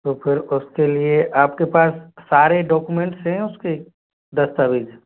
तो फिर उसके लिए आपके पास सारे डाक्यूमेंट्स हैं उसके दस्तावेज़